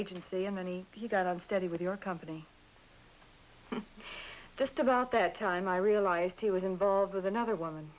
agency and many he got a steady with your company just about that time i realized he was involved with another woman